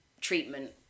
treatment